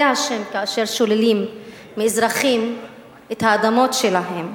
זה השם כאשר שוללים מאזרחים את האדמות שלהם.